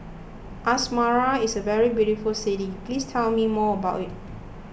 Asmara is a very beautiful city please tell me more about it